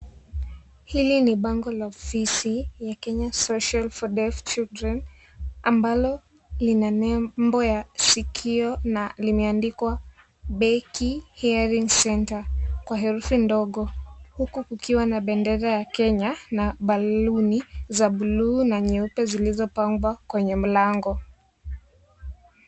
Hili ni bango la ofisi, ya Kenya Social for Deaf Children ambalo lina nembo ya sikio na limeandikwa bechi hearing centre kwa herufi ndogo, huku kukiwa na bendera ya Kenya na baluni za buluu na nyeupe zilizopangwa kwenye mlango.